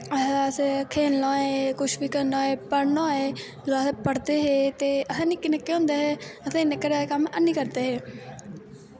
असें खेलना होए पढ़ना होए कुछ बी करना होए जिसलै अस पढ़दे हे अस निक्के निक्के होंदे हे अस घरे दा कम्म ऐनी करदे हे